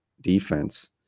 defense